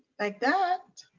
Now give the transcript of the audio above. like that.